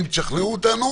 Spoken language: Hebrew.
אם תשכנעו אותנו